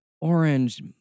orange